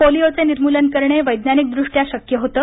पोलिओचे निर्मूलन करणे वैज्ञानिकद्रष्ट्या शक्य होतं